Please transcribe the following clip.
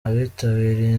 abitabiriye